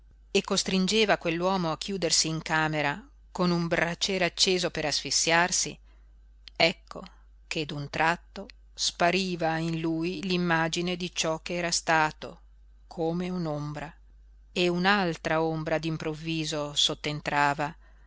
e costringeva quell'uomo a chiudersi in camera con un braciere acceso per asfissiarsi ecco che d'un tratto spariva in lui l'immagine di ciò ch'era stato come un'ombra e un'altra ombra